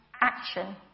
action